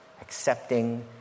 accepting